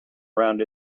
around